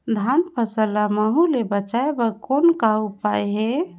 धान फसल ल महू ले बचाय बर कौन का उपाय हे?